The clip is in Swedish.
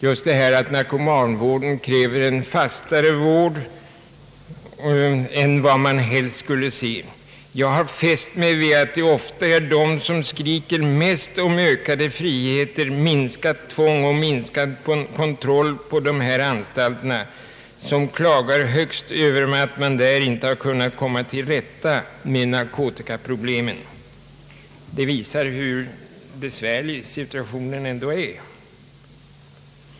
Narkomansituationen kräver sålunda en mycket hårdare och fastare vård på kriminalvårdsanstalterna än man helst skulle önska. Jag har fäst mig vid att det ofta är de som skriker mest om ökad frihet, minskat tvång och minskad kontroll på anstalterna som klagar högst över att man där inte har kunnat komma till rätta med narkotikaproblemen. Det visar hur besvärlig situationen ändå är.